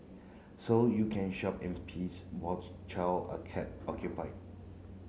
so you can shop in peace while the child are kept occupied